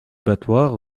battoirs